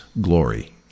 glory